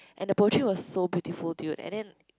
and the poetry was so beautiful to you and then